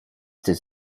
does